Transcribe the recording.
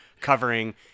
covering